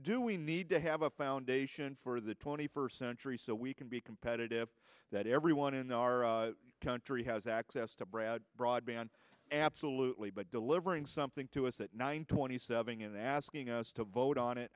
do we need to have a foundation for the twenty first century so we can be competitive that everyone in our country has access to brad broadband absolute but delivering something to us that nine twenty stubbing and asking us to vote on it